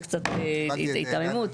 זה קצת היתממות.